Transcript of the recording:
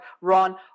Ron